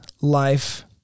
life